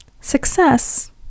success